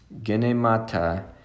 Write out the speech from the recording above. Genemata